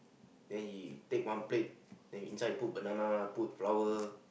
then he take one plate then inside he put banana put flower